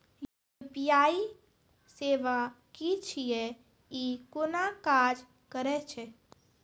UPI सेवा की छियै? ई कूना काज करै छै?